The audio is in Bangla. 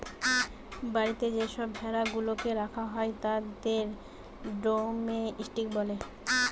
বাড়িতে যে সব ভেড়া গুলাকে রাখা হয় তাদের ডোমেস্টিক বলে